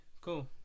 cool